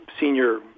senior